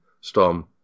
storm